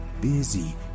busy